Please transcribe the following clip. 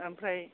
ओमफ्राय